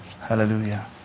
Hallelujah